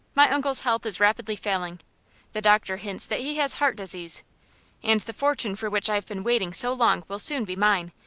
my uncle's health is rapidly failing the doctor hints that he has heart disease and the fortune for which i have been waiting so long will soon be mine,